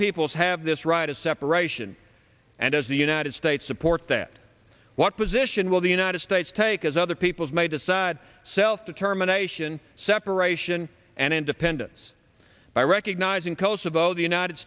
peoples have this right of separation and as the united states support that what position will the united states take as other peoples may decide self determination separation and independence by recognizing kosovo the united